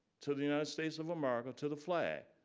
to the united states of america to the flag.